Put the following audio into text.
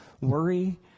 worry